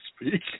speak